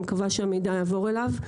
אני מקווה שהמידע יעבור אליו.